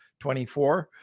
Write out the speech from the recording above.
24